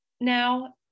now